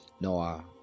Noah